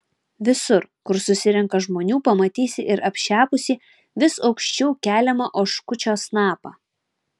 visur kur susirenka žmonių pamatysi ir apšepusį vis aukščiau keliamą oškučio snapą